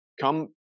come